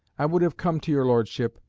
i would have come to your lordship,